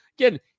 Again